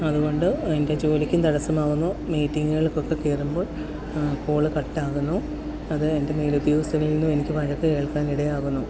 അതുകൊണ്ട് എൻ്റെ ജോലിക്കും തടസ്സമാകുന്നു മീറ്റിംഗ്കൾക്ക് ഒക്കെ കയറുമ്പോൾ കോള് കട്ട് ആകുന്നു അത് എൻ്റെ മേലുദ്യോഗസ്ഥനിൽനിന്നും എനിക്ക് വഴക്ക് കേൾക്കാൻ ഇടയാകുന്നു